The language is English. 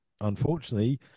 unfortunately